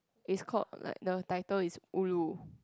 it's called like the tittle is Ulu